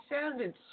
sounded